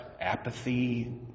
apathy